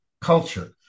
culture